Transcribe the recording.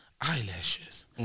Eyelashes